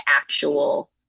actual